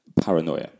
paranoia